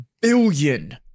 billion